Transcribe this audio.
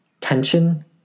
tension